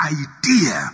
idea